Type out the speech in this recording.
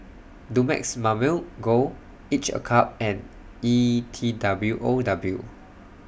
Dumex Mamil Gold Each A Cup and E T W O W